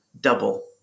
double